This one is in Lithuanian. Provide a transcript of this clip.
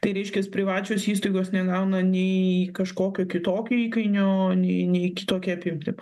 tai reiškias privačios įstaigos negauna nei kažkokio kitokio įkainio nei nei kitokia apimtim